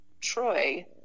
Troy